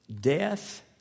death